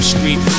Street